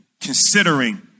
considering